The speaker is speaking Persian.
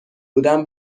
بودم